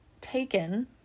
taken